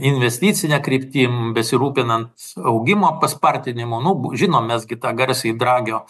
investicine kryptim besirūpinant augimo paspartinimu nu žinom mes gi tą garsųjį dragio